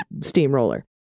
steamroller